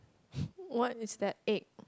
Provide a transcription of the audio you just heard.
what is that egg